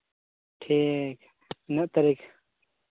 ᱴᱷᱤᱠ ᱜᱮᱭᱟ ᱛᱤᱱᱟᱹᱜ ᱛᱟᱹᱨᱤᱠᱷ